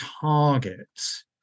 targets